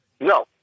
No